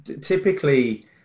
typically